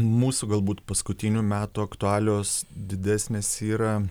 mūsų galbūt paskutinių metų aktualios didesnės yra